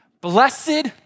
Blessed